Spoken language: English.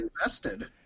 invested